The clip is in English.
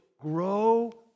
grow